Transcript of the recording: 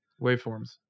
waveforms